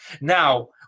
Now